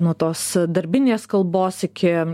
nuo tos darbinės kalbos iki